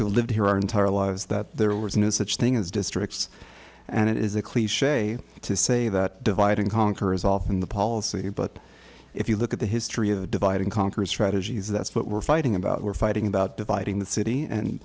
who lived here our entire lives that there was no such thing as districts and it is a cliche to say that divide and conquer is often the policy but if you look at the history of the divide and conquer strategies that's what we're fighting about we're fighting about dividing the city and